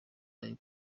yayo